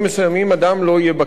אם אפשר לשקם אותו,